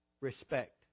Respect